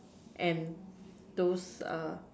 and those err